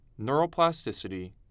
Neuroplasticity